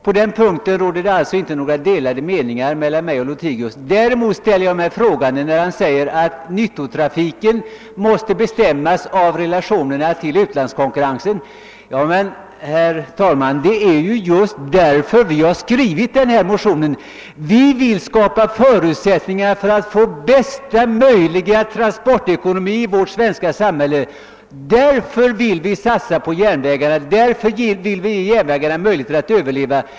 På den punkten råder det alltså inte några delade meningar mellan mig och herr Lothigius. Däremot ställer jag mig frågande när herr Lothigius förklarar att nyttotrafiken måste bestämmas av relationerna till utlandskonkurrensen. Men, herr talman, det är ju just därför vi skrivit vår motion. Vi vill skapa förutsättningar för bästa möjliga transportekonomi i vårt svenska samhälle — därför vill vi satsa på järnvägarna, därför vill vi ge järnvägarna möjligheter att överleva.